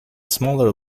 smaller